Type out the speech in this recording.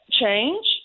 change